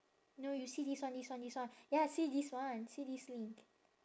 no you see this one this one this one ya see this one see this link